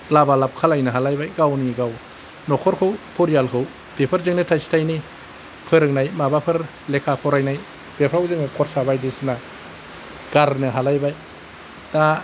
लाबा लाब खालामनो हालायबाय गावनि गाव नखरखौ परियालखौ बेफोरजोंनो थाइसे थाइनै फोरोंनाय माबाफोर लेखा फरायनाय बेफ्राव जोङो खरसा बायदिसिना गारनो हालायबाय दा